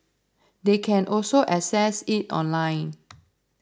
they can also access it online